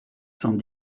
cent